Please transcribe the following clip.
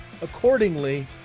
accordingly